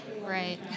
Right